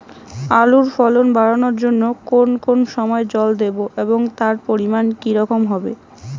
আলুর ফলন বাড়ানোর জন্য কোন কোন সময় জল দেব এবং তার পরিমান কি রকম হবে?